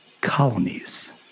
colonies